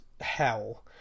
hell